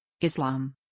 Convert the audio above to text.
Islam